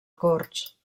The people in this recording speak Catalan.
corts